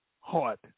heart